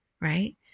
right